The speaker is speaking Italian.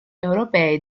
europei